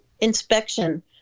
inspection